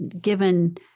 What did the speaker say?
given